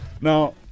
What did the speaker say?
Now